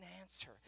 answer